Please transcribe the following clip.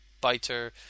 Biter